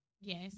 Yes